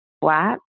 flat